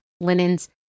linens